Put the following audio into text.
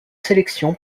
sélection